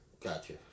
Gotcha